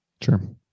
Sure